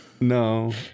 no